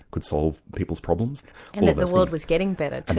could solve people's problems. and that the world was getting better, too.